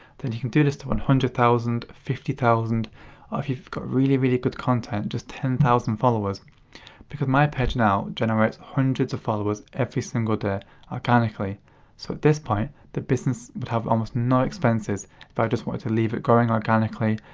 then you can do this to one hundred thousand fifty thousand or if you've got really, really good content just ten thousand followers because my page now generates hundreds of followers every single day organically so at this point, the business would have almost no expenses if i just wanted to leave it growing organically,